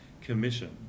Commission